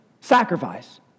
sacrifice